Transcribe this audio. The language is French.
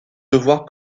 devoirs